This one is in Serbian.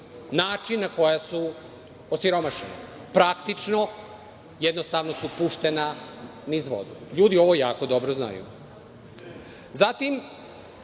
Način na koji su osiromašeni? Praktično, jednostavno su puštena niz vodu. LJudi ovo jako dobro znaju. Zatim,